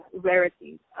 rarity